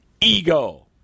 ego